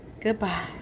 goodbye